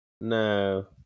No